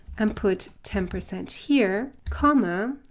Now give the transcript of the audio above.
and put ten percent here, comma,